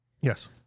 Yes